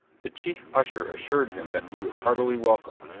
the chief usher assured him that he was heartily welcome,